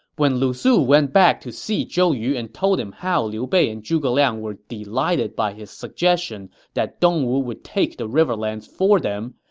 when lu su went back to see zhou yu and told him how liu bei and zhuge liang were delighted by his suggestion that dongwu would take the riverlands for them,